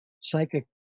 psychic